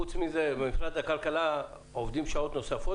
חוץ מזה במשרד הכלכלה עובדים שעות נוספות